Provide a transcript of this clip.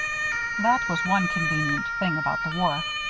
that was one convenient thing about the wharf.